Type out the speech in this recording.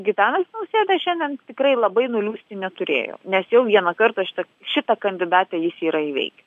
gitanas nausėda šiandien tikrai labai nuliūsti neturėjo nes jau vieną kartą šitą šitą kandidatę jis yra įveikę